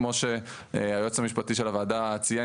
כמו שהיועץ המשפטי של הוועדה ציין,